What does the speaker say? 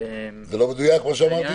--- זה לא מדויק, מה שאמרתי?